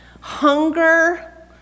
hunger